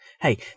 Hey